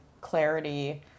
clarity